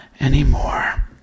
anymore